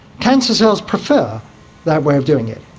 cancer cells prefer that way of doing it,